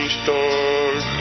start